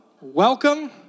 welcome